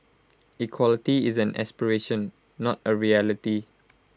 equality is an aspiration not A reality